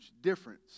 difference